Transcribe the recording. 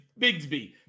Bigsby